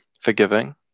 forgiving